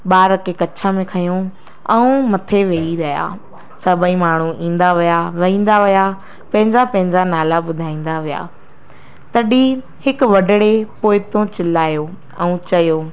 ॿार खे कच्छ में खंयो ऐं मथे वेही रहिया सभई माण्हू ईंदा विया वेहींदा विया पंहिंजा पंहिंजा नाला ॿुधाईंदा विया तॾहिं हिकु वॾणे पोइतो चिल्लायो ऐं चयो